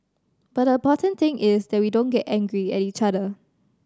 but the important thing is that we don't get angry at each other